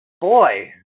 boy